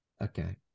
Okay